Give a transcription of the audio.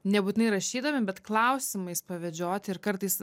nebūtinai rašydami bet klausimais pavedžioti ir kartais